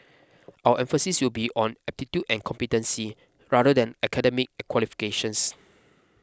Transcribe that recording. our emphasis will be on aptitude and competency rather than academic qualifications